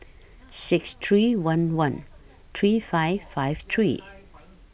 six three one one three five five three